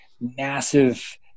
massive